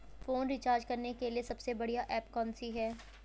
Phone recharge करने के लिए सबसे बढ़िया ऐप कौन सी है?